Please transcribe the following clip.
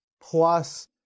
plus